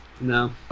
no